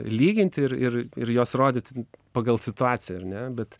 lyginti ir ir ir juos rodyti pagal situaciją ar ne bet